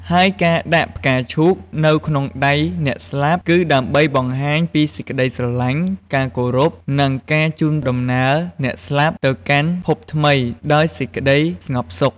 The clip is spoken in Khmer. ហើយការដាក់ផ្កាឈូកនៅក្នុងដៃអ្នកស្លាប់ គឺដើម្បីបង្ហាញពីសេចក្តីស្រឡាញ់ ការគោរព និងការជូនដំណើរអ្នកស្លាប់ទៅកាន់ភពថ្មីដោយសេចក្តីស្ងប់សុខ។